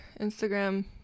Instagram